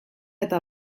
eta